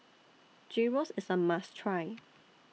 Gyros IS A must Try